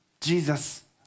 Jesus